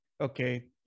okay